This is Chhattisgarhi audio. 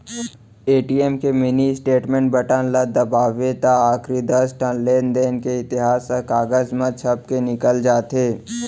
ए.टी.एम के मिनी स्टेटमेंट बटन ल दबावें त आखरी दस ठन लेनदेन के इतिहास ह कागज म छपके निकल जाथे